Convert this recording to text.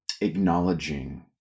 acknowledging